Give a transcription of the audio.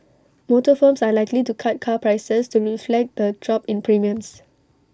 motor firms are likely to cut car prices to reflect the drop in premiums